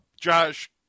Josh